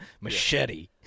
machete